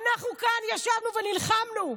אנחנו כאן ישבנו ונלחמנו,